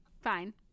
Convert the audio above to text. fine